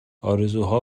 آرزوها